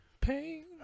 Pain